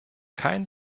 kein